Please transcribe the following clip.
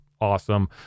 awesome